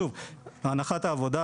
הנחת העבודה,